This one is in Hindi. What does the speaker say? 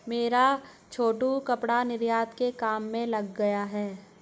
मेरा छोटू कपड़ा निर्यात के काम में लग गया है